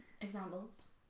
Examples